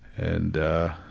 and ah,